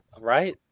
right